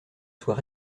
soit